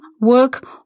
work